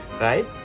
right